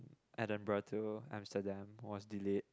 Edinburgh to Amsterdam was delayed